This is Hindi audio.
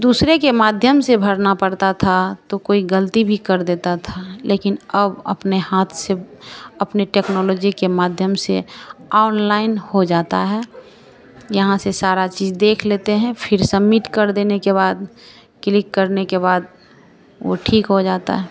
दूसरे के माध्यम से भरना पड़ता था तो कोई ग़लती भी कर देते थे लेकिन अब अपने हाथ से अपनी टेक्नोलॉजी के माध्यम से आनलाइन हो जाता है यहाँ से सारी चीज़ देख लेते हैं फिर समिट कर देने के बाद क्लिक करने के बाद वह ठीक हो जाता है